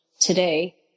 today